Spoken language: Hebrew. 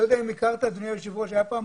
אני לא יודע אם הכרת אדוני היושב ראש, היה פעם